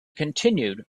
continued